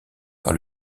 par